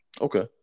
Okay